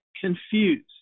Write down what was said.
confused